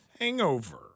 hangover